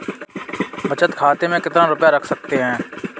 बचत खाते में कितना रुपया रख सकते हैं?